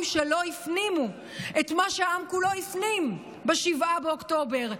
שלא הפנימו את מה שהעם כולו הפנים ב-7 באוקטובר.